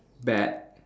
bat